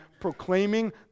proclaiming